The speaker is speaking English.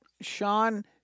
Sean